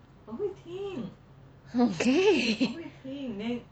okay